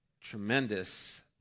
tremendous